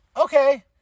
okay